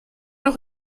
auch